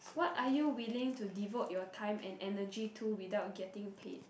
what are you willing to devote your time and energy to without getting paid